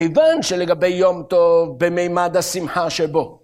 כיוון שלגבי יום טוב במימד השמחה שבו.